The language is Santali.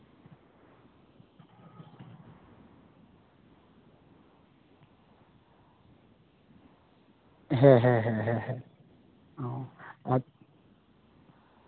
ᱦᱮᱸ ᱦᱮᱸ ᱦᱮᱸ ᱦᱮᱸ ᱦᱮᱸ ᱦᱮᱸ ᱚ